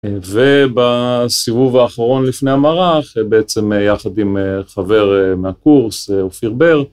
ובסיבוב האחרון לפני המערך, בעצם יחד עם חבר מהקורס, אופיר בר.